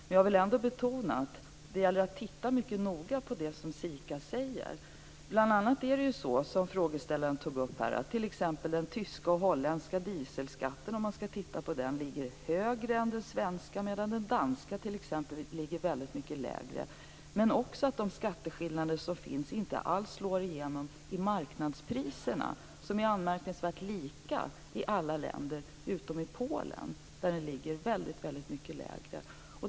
Men jag vill ändå betona att det gäller att titta mycket noga på det som SIKA säger. Bl.a. är det så, som frågeställaren tog upp här, att t.ex. den tyska och holländska dieselskatten, om man skall titta på den, ligger högre än den svenska, medan den danska t.ex. ligger väldigt mycket lägre. Men det är också så att de skatteskillnader som finns inte alls slår igenom i marknadspriserna som är anmärkningsvärt lika i alla länder, utom i Polen där de ligger väldigt mycket lägre.